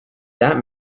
that